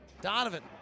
Donovan